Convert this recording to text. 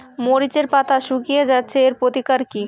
মরিচের পাতা শুকিয়ে যাচ্ছে এর প্রতিকার কি?